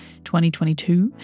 2022